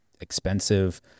expensive